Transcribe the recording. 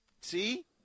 See